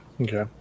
Okay